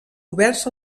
oberts